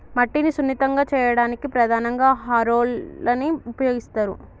మట్టిని సున్నితంగా చేయడానికి ప్రధానంగా హారోలని ఉపయోగిస్తరు